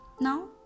Now